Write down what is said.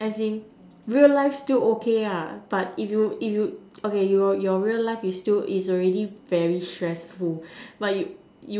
as in real life still okay ah but if you if you okay your your real life is still is already very stressful but you